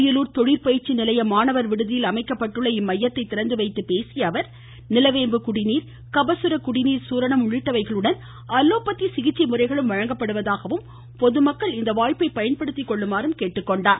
அரியலூர் தொழிற்பயிற்சி நிலைய மாணவர் விடுதியில் அமைக்கப்பட்டுள்ள இம்மையத்தை திறந்துவைத்து பேசிய அவர் நிலவேம்பு குடிநீர் கபசுர குடிநீர் சூரணம் உள்ளிட்டவைகளுடன் அலோபதி சிகிச்சை முறைகளும் வழங்கப்படுவதாகவும் பொதுமக்கள் இந்த வாய்ப்பை பயன்படுத்திக்கொள்ளுமாறும் கேட்டுக்கொண்டார்